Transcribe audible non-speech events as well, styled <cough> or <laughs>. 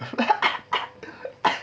<laughs>